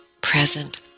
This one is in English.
present